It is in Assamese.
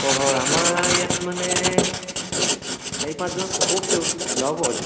হয় হয় আমাৰ ইয়াত মানে চাৰি পাঁচজন হ'ব পিচে ওলাব সিহঁতি